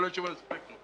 כל האנשים על הספקטרום.